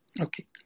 Okay